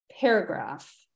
paragraph